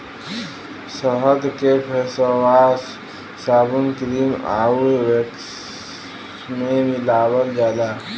शहद के फेसवाश, साबुन, क्रीम आउर वैक्स में मिलावल जाला